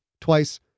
twice